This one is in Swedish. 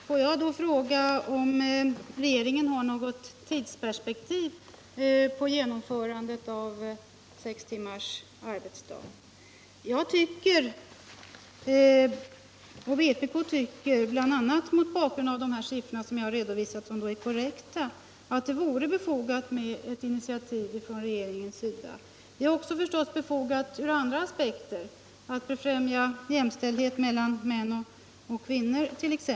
Herr talman! Får jag då fråga om regeringen har något tidsperspektiv på genomförandet av sex timmars arbetsdag. Jag och vpk tycker, bl.a. mot bakgrund av de siffror jag redovisat — vilka är korrekta —, att det vore befogat med ett initiativ från regeringens sida. Det är förstås också befogat ur andra aspekter, t.ex. för att befrämja jämställdhet mellan män och kvinnor.